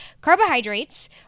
Carbohydrates